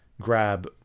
grab